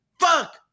Fuck